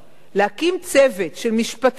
להקים צוות של משפטנים,